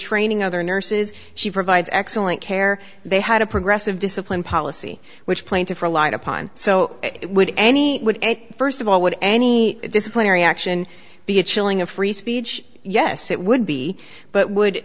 training other nurses she provides excellent care they had a progressive discipline policy which plaintiff relied upon so would any first of all would any disciplinary action be a chilling of free speech yes it would be but would